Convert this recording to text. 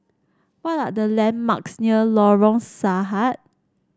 what are the landmarks near Lorong Sahad